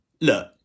look